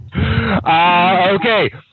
Okay